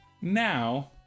Now